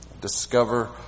discover